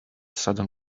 sudden